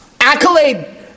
Accolade